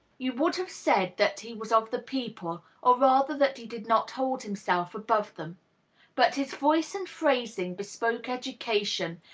you would have said that he was of the people, or rather that he did not hold himself above them but his voice and phrasing bespoke education,